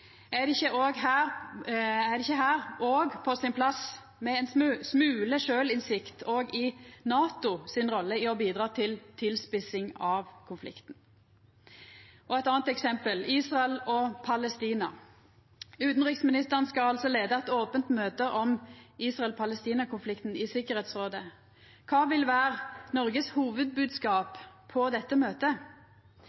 Er det ikkje her òg på sin plass med ein smule sjølvinnsikt òg i NATO si rolle i å bidra til å spissa til konflikten? Eit anna eksempel gjeld Israel og Palestina. Utanriksministeren skal altså leia eit ope møte om Israel–Palestina-konflikten i Tryggingsrådet. Kva vil vera Noregs hovudbodskap